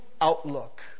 outlook